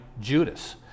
Judas